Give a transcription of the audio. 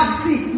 see